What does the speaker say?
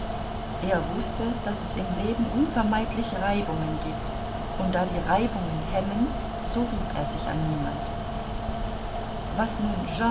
er wußte daß es im leben unvermeidlich reibungen giebt und da die reibungen hemmen so rieb er sich an niemand was nun